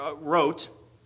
wrote